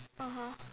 (uh huh)